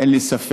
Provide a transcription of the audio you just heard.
אין לי ספק